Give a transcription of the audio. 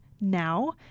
now